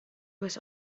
was